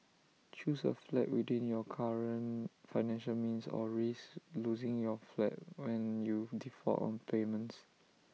choose A flat within your current financial means or risk losing your flat when you default on payments